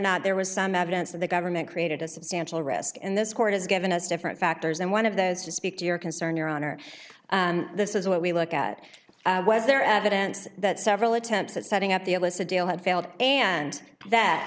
not there was some evidence that the government created a substantial risk in this court has given us different factors and one of those to speak to your concern your honor and this is what we look at was there evidence that several attempts at setting up the illicit deal had failed and that